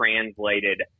translated